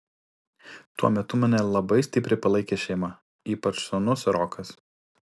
tuo metu mane labai stipriai palaikė šeima ypač sūnus rokas